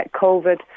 COVID